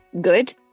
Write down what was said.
good